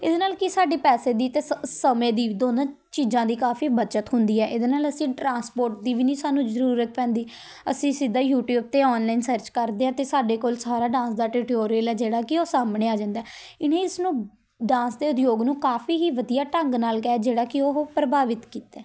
ਇਹਦੇ ਨਾਲ ਕੀ ਸਾਡੇ ਪੈਸੇ ਦੀ ਅਤੇ ਸ ਸਮੇਂ ਦੀ ਦੋਨਾਂ ਚੀਜ਼ਾਂ ਦੀ ਕਾਫੀ ਬੱਚਤ ਹੁੰਦੀ ਹੈ ਇਹਦੇ ਨਾਲ ਅਸੀਂ ਟਰਾਂਸਪੋਰਟ ਦੀ ਵੀ ਨਹੀਂ ਸਾਨੂੰ ਜ਼ਰੂਰਤ ਪੈਂਦੀ ਅਸੀਂ ਸਿੱਧਾ ਯੂਟਿਊਬ 'ਤੇ ਔਨਲਾਈਨ ਸਰਚ ਕਰਦੇ ਹਾਂ ਅਤੇ ਸਾਡੇ ਕੋਲ ਸਾਰਾ ਡਾਂਸ ਦਾ ਟਟੋਰੀਅਲ ਹੈ ਜਿਹੜਾ ਕਿ ਉਹ ਸਾਰਾ ਸਾਹਮਣੇ ਆ ਜਾਂਦਾ ਇਹਨੇ ਇਸਨੂੰ ਡਾਂਸ ਦੇ ਉਦਯੋਗ ਨੂੰ ਕਾਫੀ ਹੀ ਵਧੀਆ ਢੰਗ ਨਾਲ ਕਹਿ ਜਿਹੜਾ ਕਿ ਉਹ ਪ੍ਰਭਾਵਿਤ ਕੀਤਾ